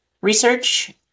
research